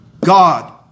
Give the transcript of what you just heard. God